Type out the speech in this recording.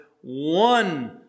one